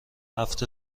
هفت